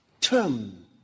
term